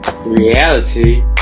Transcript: Reality